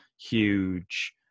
huge